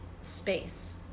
space